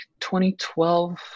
2012